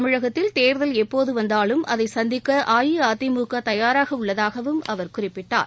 தமிழகத்தில் தேர்தல் எப்போது வந்தாலும் அதை சந்திக்க அஇஅதிமுக தயாராக உள்ளதாகவும் அவர் குறிப்பிட்டார்